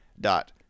dot